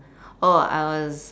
oh I was